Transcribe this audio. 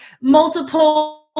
multiple